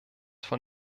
von